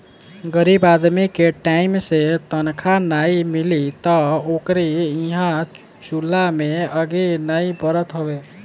गरीब आदमी के टाइम से तनखा नाइ मिली तअ ओकरी इहां चुला में आगि नाइ बरत हवे